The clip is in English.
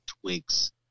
twigs